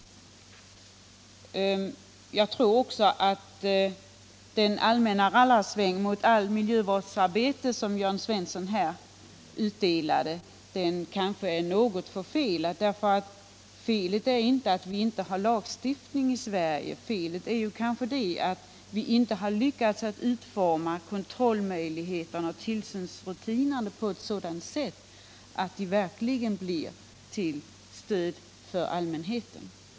Den allmänna rallarsving mot allt miljövårdsarbete som Jörn Svensson utdelar kanske är något förfelad. Felet är inte att vi inte har lagstiftning i Sverige, utan kanske att vi inte har lyckats utforma kontrollmöjligheterna och tillsynsrutinerna på sådant sätt att de verkligen blir till stöd för allmänheten.